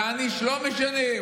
תעניש, לא משנה.